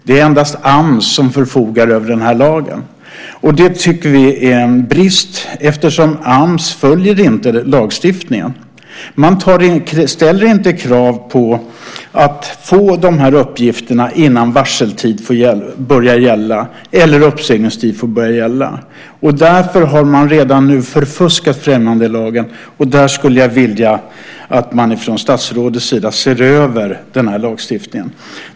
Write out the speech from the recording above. Det är endast Ams som förfogar över den här lagen. Det tycker vi är en brist eftersom Ams inte följer lagstiftningen. Man ställer inte krav på att få uppgifterna innan uppsägningstid får börja gälla. Därför har man redan nu förfuskat främjandelagen. Där skulle jag vilja att man från statsrådets sida ser över den här lagstiftningen.